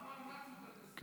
שם של קצין צה"ל.